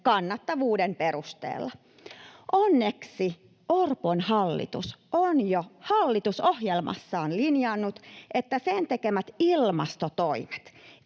kannattavuuksien perusteella. Onneksi Orpon hallitus on jo hallitusohjelmassaan linjannut, että sen tekemät ilmastotoimet